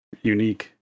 unique